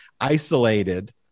isolated